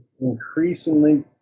Increasingly